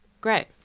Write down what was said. great